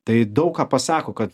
tai daug ką pasako kad